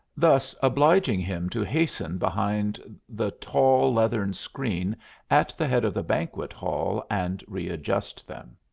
thus obliging him to hasten behind the tall leathern screen at the head of the banquet-hall and readjust them.